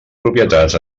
propietats